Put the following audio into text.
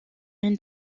une